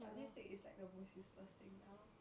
but lipstick is like the most useless thing now